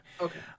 Okay